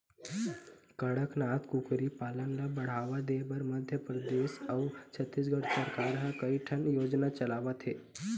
कड़कनाथ कुकरी पालन ल बढ़ावा देबर मध्य परदेस अउ छत्तीसगढ़ सरकार ह कइठन योजना चलावत हे